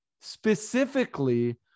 Specifically